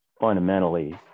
fundamentally